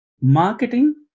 marketing